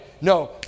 No